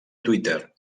twitter